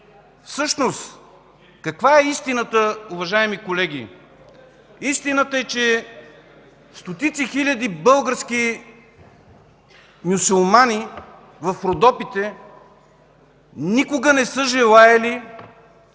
Всъщност каква е истината, уважаеми колеги? Истината е, че стотици хиляди български мюсюлмани в Родопите никога не са желаели